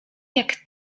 jak